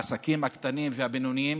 לעסקים הקטנים והבינוניים.